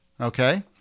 okay